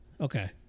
Okay